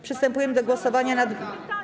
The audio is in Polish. Przystępujemy do głosowania nad.